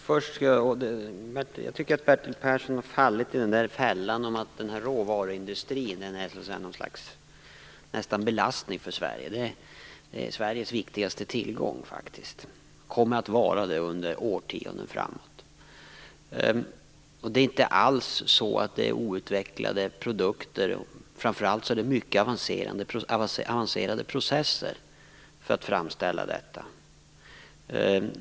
Fru talman! Jag tycker att Bertil Persson har fallit i fällan när det gäller att råvaruindustrin skulle vara en belastning för Sverige. Det är faktiskt Sveriges viktigaste tillgång och kommer att vara det under årtionden framöver. Det är inte alls så att produkterna är outvecklade. Framför allt är processerna oerhört avancerade.